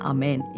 Amen